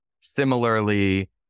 similarly